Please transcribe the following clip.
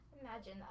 Imagine